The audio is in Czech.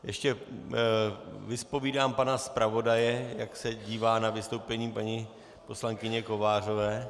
Ještě vyzpovídám pana zpravodaje, jak se dívá na vystoupení paní poslankyně Kovářové.